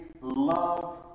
love